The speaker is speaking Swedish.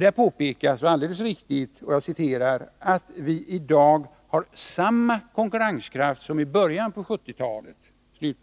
Där påpekas helt riktigt att ”vi i dag har samma konkurrenskraft som i början på 70-talet”. Det är